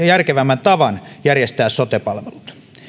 järkevämmän tavan järjestää sote palvelut